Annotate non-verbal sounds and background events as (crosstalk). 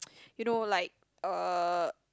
(noise) you know like uh